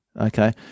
Okay